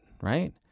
right